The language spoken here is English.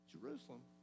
Jerusalem